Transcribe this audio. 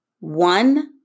one